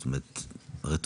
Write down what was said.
זאת אומרת רטרואקטיבי,